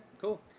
cool